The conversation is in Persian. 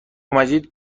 مجید